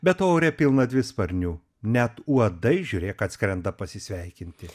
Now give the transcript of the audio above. be to ore pilna dvisparnių net uodai žiūrėk atskrenda pasisveikinti